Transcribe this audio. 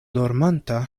dormanta